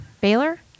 Baylor